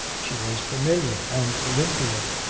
she was familiar and olympian,